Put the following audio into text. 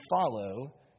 follow